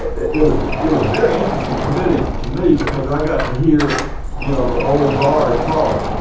it was it was very interesting committee to me because i got to hear you know the old guard talk.